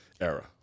era